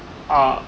uh